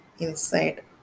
inside